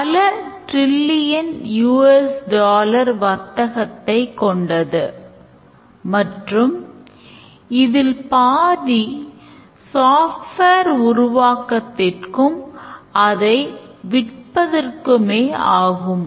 பல use caseகளைக் கொண்ட ஒரு use case வரைபடம் நம்மிடம் இருக்கக்கூடாது இது மிகவும் குழப்பமானதாக மாறும்